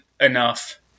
enough